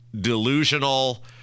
delusional